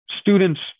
students